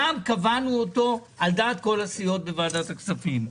גם קבענו אותו על דעת כל הסיעות בוועדת הכספים.